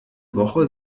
woche